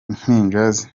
impinja